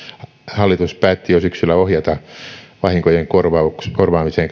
hallitus päätti jo syksyllä ohjata vahinkojen korvaamiseen